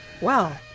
wow